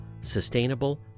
sustainable